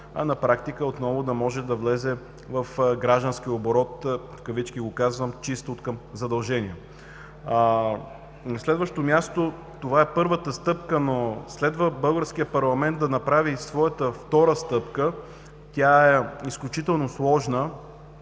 а на практика отново да може да влезе в „гражданския оборот“ откъм задължения. На следващо място, това е първата стъпка, но следва българският парламент да направи своята втора стъпка – тя е изключително сложна,